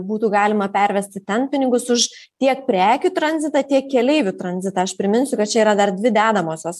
būtų galima pervesti ten pinigus už tiek prekių tranzitą tiek keleivių tranzitą aš priminsiu kad čia yra dar dvi dedamosios